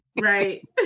Right